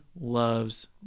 loves